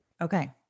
Okay